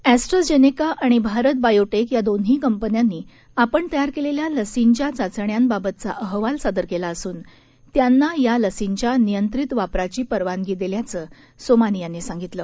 AstraZeneca आणि Bharat Biotech या दोन्ही कंपन्यांनी आपण तयार केलेल्या लशींच्या चाचण्यांबाबतचा अहवाल सादर केला असून त्यांना या लसींच्या नियंत्रित वापराची परवानगी दिल्याचं सोमानी यांनी सांगितलं